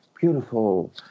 beautiful